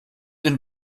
den